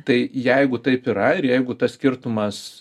tai jeigu taip yra ir jeigu tas skirtumas